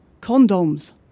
Condoms